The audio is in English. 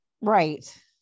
Right